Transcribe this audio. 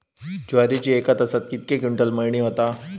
ज्वारीची एका तासात कितके क्विंटल मळणी होता?